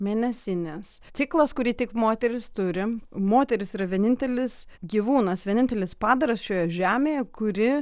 mėnesinės ciklas kurį tik moterys turi moteris yra vienintelis gyvūnas vienintelis padaras šioje žemėje kuri